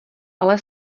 ale